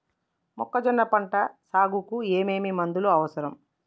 మొక్కజొన్న పంట సాగుకు ఏమేమి మందులు అవసరం?